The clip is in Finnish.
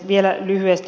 vielä lyhyesti